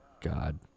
God